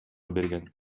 берген